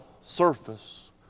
surface